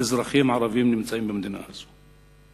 אזרחים ערבים נמצאים במדינה הזאת.